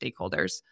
stakeholders